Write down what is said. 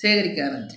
சேகரிக்க ஆரம்பித்தேன்